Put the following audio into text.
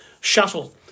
shuttle